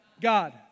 God